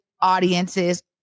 audiences